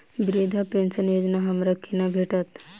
वृद्धा पेंशन योजना हमरा केना भेटत?